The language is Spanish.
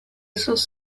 esos